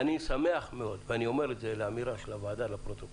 אני שמח מאוד ואני אומר את זה כאמירה של הוועדה לפרוטוקול